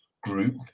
group